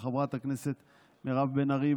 לחברת הכנסת מירב בן ארי,